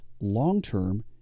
long-term